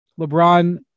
LeBron